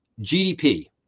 GDP